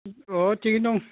अह थिगैनो दं